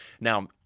Now